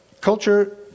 Culture